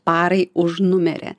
parai už numerį